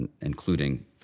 including